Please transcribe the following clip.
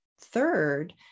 third